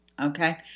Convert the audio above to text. okay